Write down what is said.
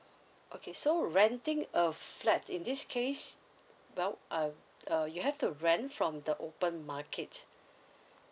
okay so renting a flat in this case well uh uh you have to rent from the open market